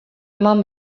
eman